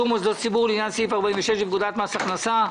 אנחנו דנים באישור מוסדות ציבור לעניין סעיף 46 לפקודת מס הכנסה.